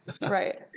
Right